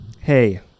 Hey